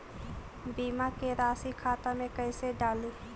बीमा के रासी खाता में कैसे डाली?